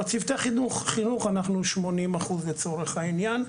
בצוותי חינוך אנחנו 80% לצורך העניין.